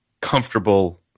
comfortable